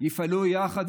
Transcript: יפעלו יחד.